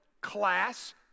class